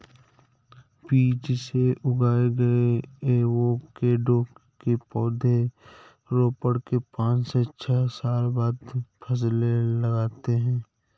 बीज से उगाए गए एवोकैडो के पौधे रोपण के पांच से छह साल बाद फलने लगते हैं